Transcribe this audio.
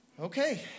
okay